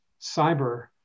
cyber